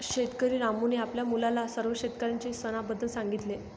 शेतकरी रामूने आपल्या मुलाला सर्व शेतकऱ्यांच्या सणाबद्दल सांगितले